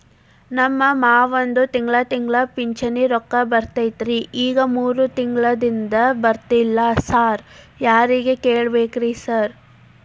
ನಮ್ ಮಾವಂದು ತಿಂಗಳಾ ತಿಂಗಳಾ ಪಿಂಚಿಣಿ ರೊಕ್ಕ ಬರ್ತಿತ್ರಿ ಈಗ ಮೂರ್ ತಿಂಗ್ಳನಿಂದ ಬರ್ತಾ ಇಲ್ಲ ಸಾರ್ ಯಾರಿಗ್ ಕೇಳ್ಬೇಕ್ರಿ ಸಾರ್?